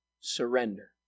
surrender